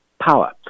power